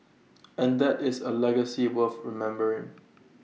and that is A legacy worth remembering